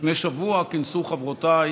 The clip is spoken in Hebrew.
לפני שבוע כינסו חברותיי